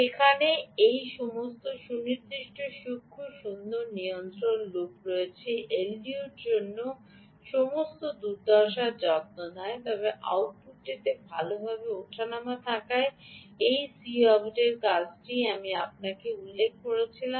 এখন কে এই সমস্ত সুনির্দিষ্ট সূক্ষ্ম সুন্দর নিয়ন্ত্রণ লুপ দিয়ে এলডিওর জন্য সমস্ত দুর্দশার যত্ন নেয় তবে আউটপুটটিতে ভালভাবে ওঠানামা থাকায় এই Cout র কাজটি আমি আপনাকে উল্লেখ করেছিলাম